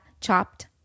Chopped